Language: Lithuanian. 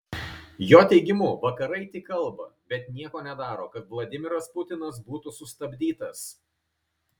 jo teigimu vakarai tik kalba bet nieko nedaro kad vladimiras putinas būtų sustabdytas